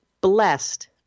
blessed